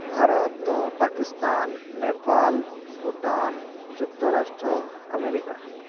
ଭାରତ ପାକିସ୍ତାନ ନେପାଲ ଭୁଟାନ ଯୁକ୍ତରାଷ୍ଟ୍ର ଆମେରିକା